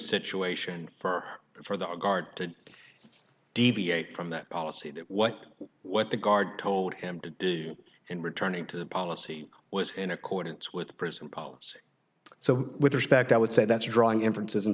situation for for the guard to deviate from that policy that what what the guard told him to do and returning to the policy was in accordance with prison policy so with respect i would say that's drawing inferences in